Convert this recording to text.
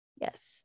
Yes